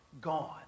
Gone